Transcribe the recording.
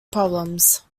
problems